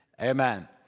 Amen